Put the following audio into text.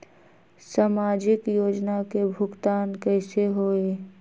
समाजिक योजना के भुगतान कैसे होई?